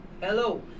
hello